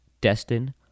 Destin